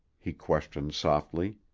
he questioned softly.